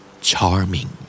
Charming